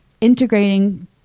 integrating